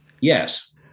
Yes